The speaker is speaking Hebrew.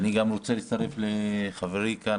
ואני גם רוצה להצטרף לחברי כאן.